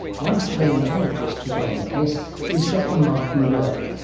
one palaeontologist who's on their case is dr mark norell,